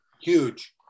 huge